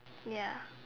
ya